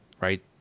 right